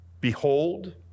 Behold